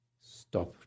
stop